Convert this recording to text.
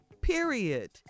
period